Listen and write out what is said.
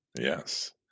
yes